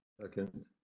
Second